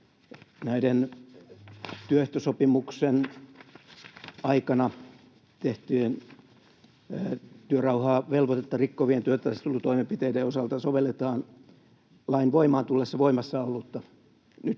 Näiden työehtosopimusten aikana tehtyjen työrauhavelvoitetta rikkovien työtaistelutoimenpiteiden osalta sovelletaan lain voimaan tullessa voimassa olleita, nyt